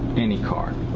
any card.